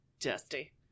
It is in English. Dusty